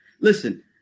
Listen